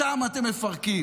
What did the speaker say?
אותם אתם מפרקים.